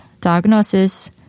diagnosis